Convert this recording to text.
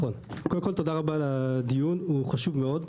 קודם כל תודה רבה על הדיון, הוא חשוב מאוד.